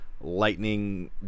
lightning